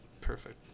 perfect